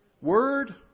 word